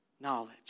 knowledge